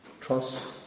Trust